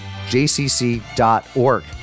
jcc.org